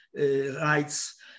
rights